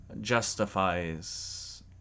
justifies